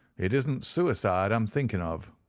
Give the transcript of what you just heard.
it isn't suicide i am thinking of.